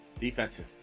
Defensive